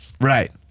Right